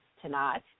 tonight